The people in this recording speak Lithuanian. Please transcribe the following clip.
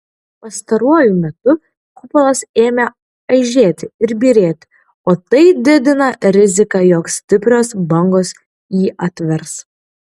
pastaruoju metu kupolas ėmė aižėti ir byrėti o tai didina riziką jog stiprios bangos jį atvers